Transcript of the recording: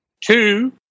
Two